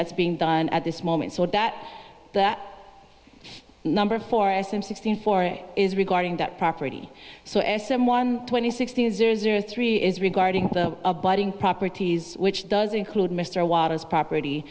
that's being done at this moment so that that number of four s m sixteen four is regarding that property so as someone twenty sixteen zero zero three is regarding the abiding properties which does include mr wattles property